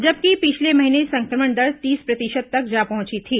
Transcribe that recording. जबकि पिछले महीने संक्रमण दर तीस प्रतिशत तक जा पहुंची थी